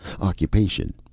Occupation